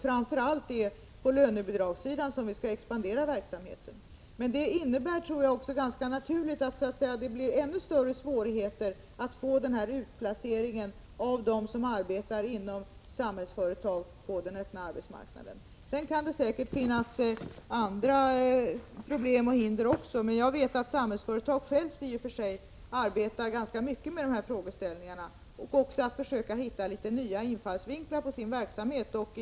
Framför allt är det således på lönebidragssidan som verksamheten skall expandera. Men det innebär också, tror jag — och det är ganska naturligt — att det blir ännu svårare att placera ut dem som arbetar inom Samhällsföretag på den öppna arbetsmarknaden. Det finns säkert också andra problem och hinder. Men jag vet att Samhällsföretag självt arbetar ganska mycket med dessa frågeställningar och på att försöka hitta nya infallsvinklar när det gäller den här verksamheten.